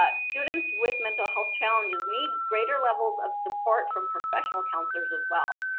ah students with mental health challenges need greater levels of support from professional counselors as well.